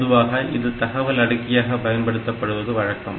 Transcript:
பொதுவாக இது தகவல் அடுக்கியாக பயன்படுத்தப்படுவது வழக்கம்